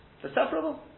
separable